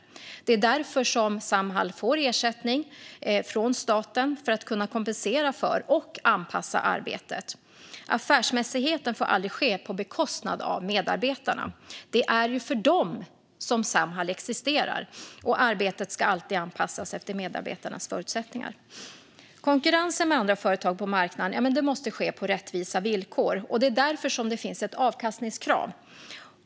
Det är därför som Samhall får ersättning från staten för att kunna kompensera för och anpassa arbetet. Affärsmässigheten får aldrig ske på bekostnad av medarbetarna. Det är för dem som Samhall existerar. Och arbetet ska alltid anpassas efter medarbetarnas förutsättningar. Konkurrensen med andra företag på marknaden måste ske på rättvisa villkor. Det är därför som det finns ett avkastningskrav.